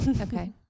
Okay